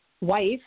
wife